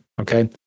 okay